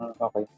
okay